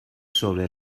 sobre